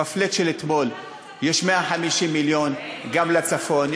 ב-flat של אתמול יש 150 מיליון גם לצפון,